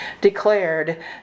declared